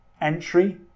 entry